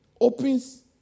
opens